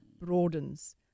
broadens